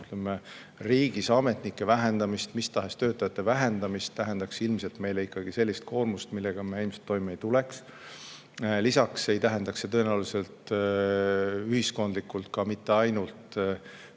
riigis ametnike ja mis tahes töötajate vähendamist, tähendaks ilmselt meile sellist koormust, millega me ilmselt toime ei tuleks. Lisaks ei tähendaks see tõenäoliselt ühiskondlikult mitte ainult töötajate